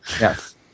Yes